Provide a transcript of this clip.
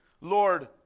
Lord